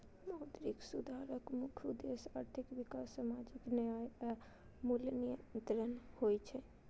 मौद्रिक सुधारक मुख्य उद्देश्य आर्थिक विकास, सामाजिक न्याय आ मूल्य नियंत्रण होइ छै